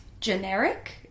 generic